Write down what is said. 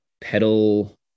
pedal